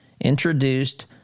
introduced